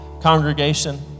congregation